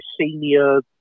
senior